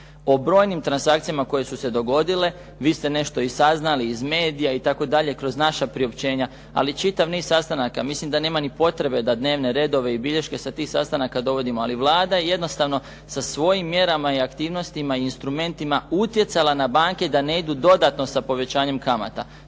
O brojnim transakcijama koje su se dogodile vi ste nešto i saznali iz medija itd. kroz naša priopćenja. Ali čitav niz sastanaka, mislim da nema ni potrebe da dnevne redove i bilješke sa tih sastanaka dovodimo. Ali Vlada jednostavno sa svojim mjerama i aktivnostima i instrumentima utjecala na banke da ne idu dodatno sa povećanjem kamata.